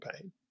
pain